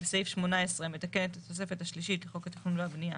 בסעיף 18 המתקן את התוספת השלישית לחוק התכנון והבנייה,